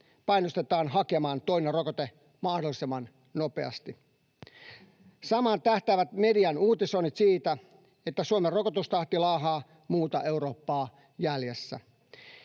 painostetaan hakemaan toinen rokote mahdollisimman nopeasti. Samaan tähtäävät median uutisoinnit siitä, että Suomen rokotustahti laahaa muuta Eurooppaa jäljessä.